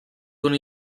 con